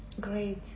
Great